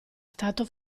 stato